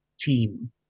team